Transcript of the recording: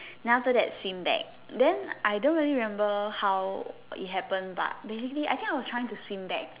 then after that swim back then I don't really remember how but it happen but basically I think I was trying to swim back